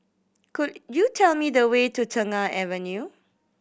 could you tell me the way to Tengah Avenue